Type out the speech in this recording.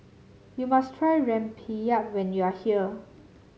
you must try Rempeyek when you are here